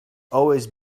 always